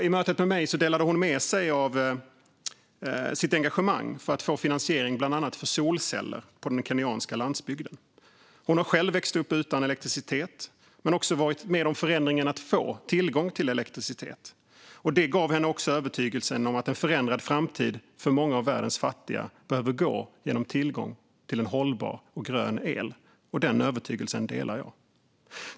I mötet med mig delade hon med sig av sitt engagemang för att få finansiering för bland annat solceller på den kenyanska landsbygden. Hon har själv växt upp utan elektricitet men också varit med om förändringen att få tillgång till elektricitet. Detta gav henne övertygelsen att en förändrad framtid för många av världens fattiga behöver gå genom tillgång till en hållbar och grön el, och den övertygelsen delar jag.